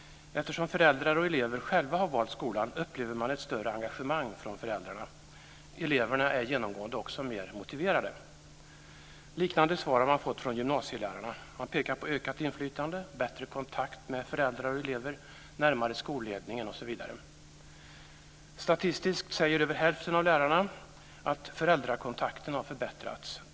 Eftersom föräldrar och elever själva har valt skolan upplever man ett större engagemang från föräldrarna. Eleverna är genomgående också mer motiverade. Liknande svar har man fått från gymnasielärarna. Man pekar på: ökat inflytande, bättre kontakt med föräldrar och elever, närmare skolledningen osv. Statistiskt säger över hälften av lärarna att föräldrakontakten har förbättrats.